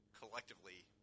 collectively